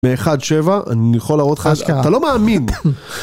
117, אני יכול להראות לך...אשכרה, אתה לא מאמין!